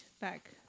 back